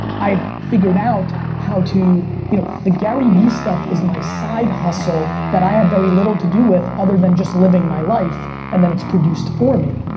i've figured out how to you know, they garyvee stuff is my side hustle that i have very little to do with other than just living my life and then it's produced for me.